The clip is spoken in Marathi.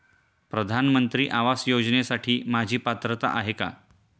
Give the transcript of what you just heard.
प्रधानमंत्री आवास योजनेसाठी माझी पात्रता आहे का?